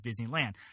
disneyland